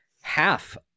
half